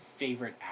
favorite